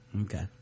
Okay